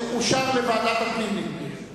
הוא אושר לוועדת הפנים, נדמה לי.